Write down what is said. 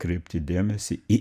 kreipti dėmesį į